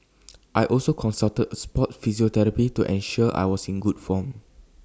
I also consulted A Sport physiotherapist to ensure I was in good form